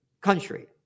country